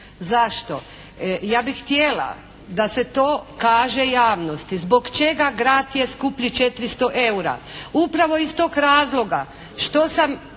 Zašto? ja bih htjela da se to kaže javnosti zbog čega grad je skuplji 400 eura? Upravo iz tog razloga što sam